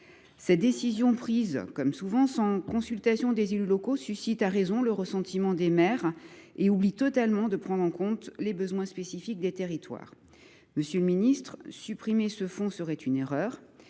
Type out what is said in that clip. telle décision, prise, comme souvent, sans consultation des élus locaux, suscite à raison le ressentiment des maires. Elle oublie totalement de prendre en compte les besoins spécifiques des territoires. Monsieur le ministre, supprimer ce fonds serait une erreur.